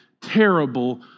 terrible